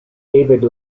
dave